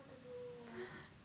what to do all